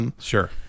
Sure